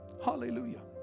Hallelujah